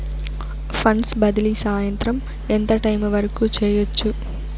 funds బదిలీ సాయంత్రం ఎంత టైము వరకు చేయొచ్చు